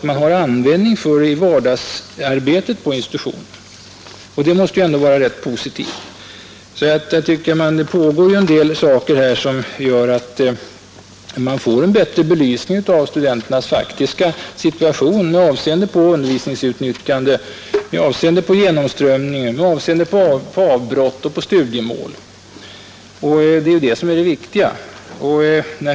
Man har användning för det i vardagsarbetet på institutionerna, och det måste ändå vara något rätt positivt. Det pågår ju en del arbete som gör att man får en bättre belysning av studenternas faktiska situation med avseende på undervisningsutnyttjande, genomströmning, avbrott och studiemål, och det är ju det som är det viktiga.